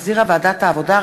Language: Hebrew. שהחזירה ועדת העבודה,